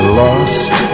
lost